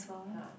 cannot